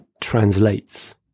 translates